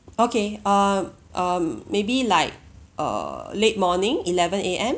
okay um um maybe like err late morning eleven A_M